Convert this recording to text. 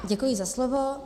Děkuji za slovo.